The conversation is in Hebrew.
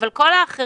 אבל כל האחרים,